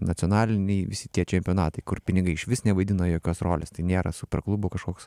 nacionaliniai visi tie čempionatai kur pinigai išvis nevaidina jokios rolės tai nėra super klubų kažkoks